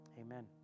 amen